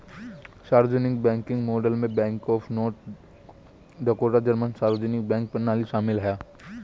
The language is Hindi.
सार्वजनिक बैंकिंग मॉडलों में bank of North Dakota German सार्वजनिक बैंक प्रणाली शामिल है